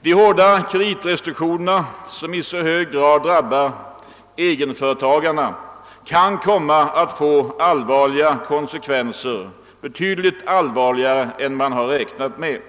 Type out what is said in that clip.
De hårda kreditrestriktionerna, som i så hög grad drabbar egenföretagarna, kan komma att få allvarligare konsekvenser än man räknat med.